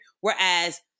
Whereas